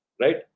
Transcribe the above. right